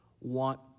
want